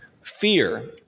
fear